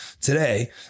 today